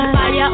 Fire